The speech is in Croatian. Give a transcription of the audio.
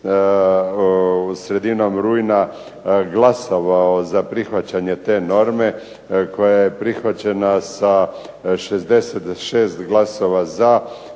sredinom rujna glasovao za prihvaćanje te norme koja je prihvaćena sa 66 glasova za